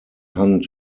hunt